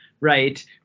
right